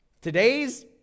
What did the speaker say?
Today's